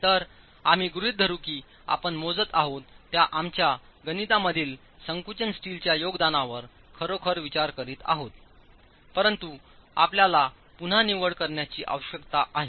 तर आम्ही गृहित धरू की आपण मोजत आहोत त्या आमच्या गणितांमधील संकुचन स्टीलच्या योगदानावर खरोखर विचार करीत आहोत परंतु आपल्याला पुन्हा निवड करण्याची आवश्यकता आहे